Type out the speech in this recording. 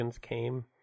came